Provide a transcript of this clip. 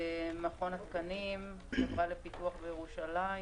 מכון התקנים, חברה לפיתוח ירושלים,